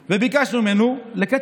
של נשים וגברים לבני